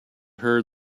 heard